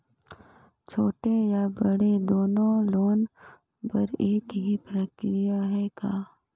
छोटे या बड़े दुनो लोन बर एक ही प्रक्रिया है का?